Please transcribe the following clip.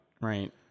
Right